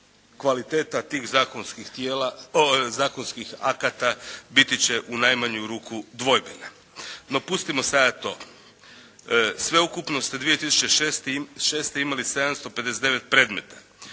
kvaliteta tih zakonskih akata biti će u najmanju ruku dvojbena. No pustimo sada to. Sveukupno ste 2006. imali 759 predmeta.